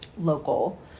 local